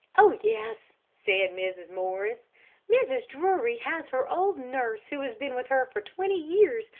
oh, yes, said mrs. morris mrs. drury has her old nurse, who has been with her for twenty years,